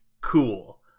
cool